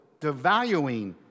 devaluing